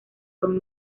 con